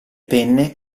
penne